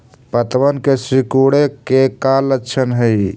पत्तबन के सिकुड़े के का लक्षण हई?